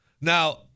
Now